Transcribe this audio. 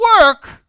work